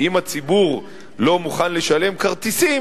כי אם הציבור לא מוכן לשלם על כרטיסים,